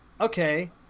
okay